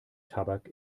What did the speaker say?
tabak